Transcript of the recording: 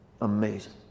amazing